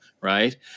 right